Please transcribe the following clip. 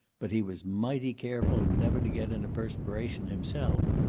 but he was mighty careful never to get in a perspiration himself.